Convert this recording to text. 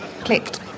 clicked